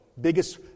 biggest